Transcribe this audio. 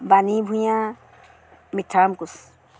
Bani Bhuyan Mitharam Koch